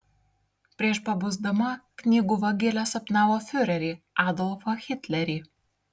prieš pabusdama knygų vagilė sapnavo fiurerį adolfą hitlerį